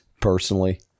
personally